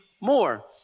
more